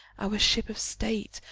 our ship of state,